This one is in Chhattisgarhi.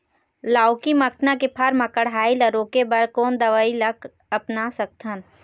लाउकी मखना के फर मा कढ़ाई ला रोके बर कोन दवई ला अपना सकथन?